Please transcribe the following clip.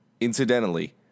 Incidentally